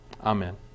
amen